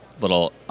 little